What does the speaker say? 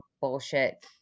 bullshit